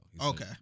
Okay